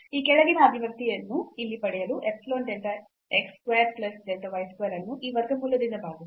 ಈ ಕೆಳಗಿನ ಅಭಿವ್ಯಕ್ತಿಯನ್ನು ಇಲ್ಲಿ ಪಡೆಯಲು epsilon delta x square plus delta y square ಅನ್ನು ಈ ವರ್ಗಮೂಲದಿಂದ ಭಾಗಿಸಿ